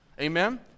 Amen